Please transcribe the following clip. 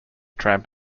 tramp